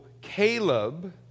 Caleb